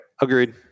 Agreed